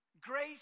grace